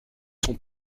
son